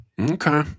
Okay